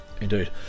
Indeed